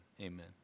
Amen